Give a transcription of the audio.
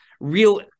real